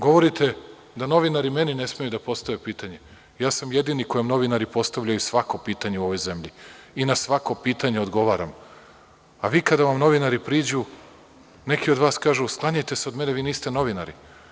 Govorite da novinari meni ne smeju da postave pitanje, ja sam jedini kojem novinari postavljaju svako pitanje u ovoj zemlji i na svako pitanje odgovaram, a vi kada vam novinari priđu, neki od vas kažu – sklanjajte se od mene, vi niste novinari.